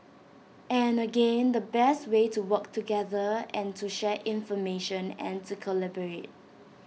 and again the best way to work together and to share information and to collaborate